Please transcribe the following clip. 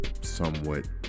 somewhat